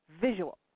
Visual